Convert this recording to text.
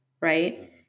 right